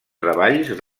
treballs